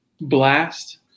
Blast